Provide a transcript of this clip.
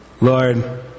Lord